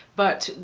but,